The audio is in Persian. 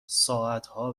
ساعتها